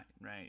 right